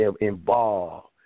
involved